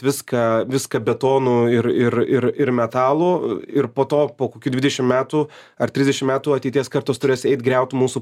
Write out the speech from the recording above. viską viską betonu ir ir ir ir metalu ir po to po kokių dvidešimt metų ar trisdešimt metų ateities kartos turės eit griaut mūsų